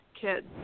kids